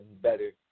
better